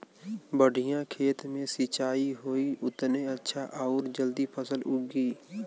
बढ़िया खेत मे सिंचाई होई उतने अच्छा आउर जल्दी फसल उगी